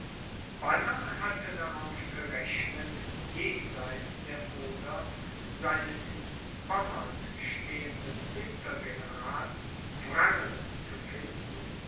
banner hatte darauf gerechnet jenseits der oder seinen in pommern stehenden untergeneral wrangel zu finden